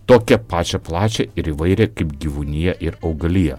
tokią pačią plačią ir įvairią kaip gyvūnija ir augalija